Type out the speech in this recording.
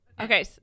Okay